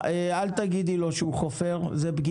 תציגי לנו את השותפות,